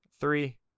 three